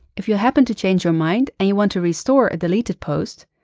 if you happen to change your mind, and you want to restore a deleted post,